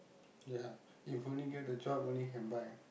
ya if only get the job only can buy